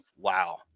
wow